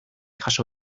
jaso